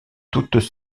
toutes